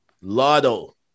Lotto